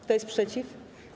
Kto jest przeciw?